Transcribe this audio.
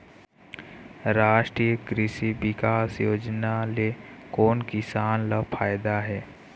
रास्टीय कृषि बिकास योजना ले कोन किसान ल फायदा हे?